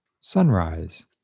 Sunrise